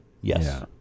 Yes